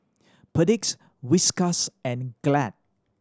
Perdix Whiskas and Glad